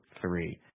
three